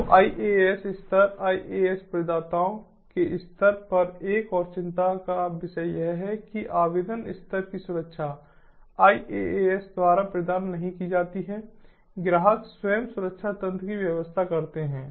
तो IaaS स्तर IaaS प्रदाताओं के स्तर पर एक और चिंता का विषय यह है कि आवेदन स्तर की सुरक्षा IaaS द्वारा प्रदान नहीं की जाती है ग्राहक स्वयं सुरक्षा तंत्र की व्यवस्था करते हैं